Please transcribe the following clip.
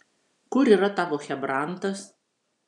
kur yra tavo chebrantas